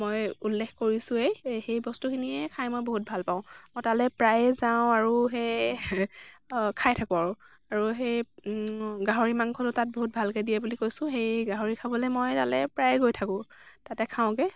মই উল্লেখ কৰিছোঁৱেই সেই বস্তুখিনিয়েই খাই মই বহুত ভাল পাওঁ মই তালে প্ৰায়েই যাওঁ আৰু সেই খাই থাকোঁ আৰু আৰু সেই গাহৰি মাংসটো তাত বহুত ভালকৈ দিয়ে বুলি কৈছোঁ সেই গাহৰি খাবলৈ মই তালে প্ৰায়ে গৈ থাকোঁ তাতে খাওঁগৈ